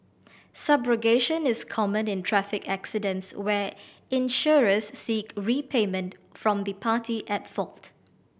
subrogation is common in traffic accidents where insurers seek repayment from the party at fault